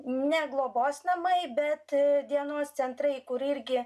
ne globos namai bet dienos centrai kur irgi